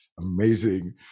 amazing